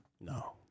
No